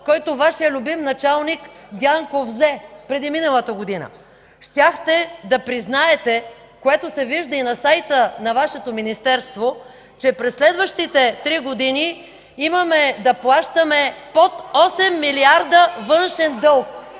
който Вашият любим началник Дянков взе преди, взе миналата година. Щяхте да признаете, което се вижда и на сайта на Вашето министерство, че през следващите три години имаме да плащаме под 8 милиарда външен дълг!